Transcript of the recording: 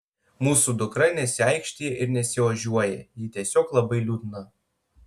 mūsų dukra nesiaikštija ir nesiožiuoja ji tiesiog labai liūdna